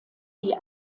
die